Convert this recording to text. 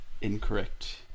Incorrect